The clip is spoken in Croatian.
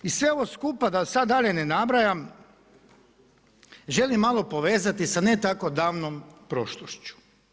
I sve ovo skupa da sve dalje ne nabrajam, želim malo povezati sa ne tako davnom prošlošću.